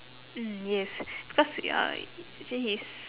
mm yes because ya actually he's